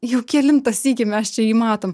jau kelintą sykį mes čia jį matom